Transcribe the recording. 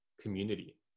community